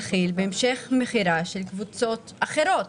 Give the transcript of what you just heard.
של כי"ל בהמשך מכירה של קבוצות אחרות,